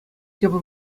тепӗр